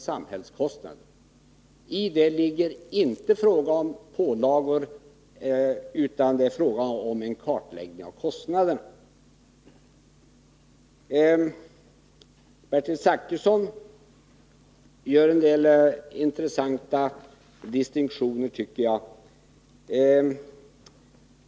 Jag vill ha en kartläggning av bilismens samhällskostnader. Bertil Zachrisson gör en del intressanta distinktioner.